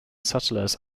settlers